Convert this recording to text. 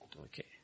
Okay